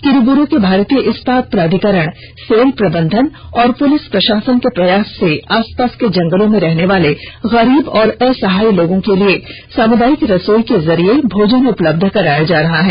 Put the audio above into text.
किरीबुरू के भारतीय इस्पात प्राधिकरण सेल प्रबंधन और पुलिस प्रशासन के प्रयास से आसपास के जंगलों में रहने वाले गरीब और असहाय लोगों के लिए सामुदायिक रसोई के जरिए भोजन उपलब्ध कराया जा रहा है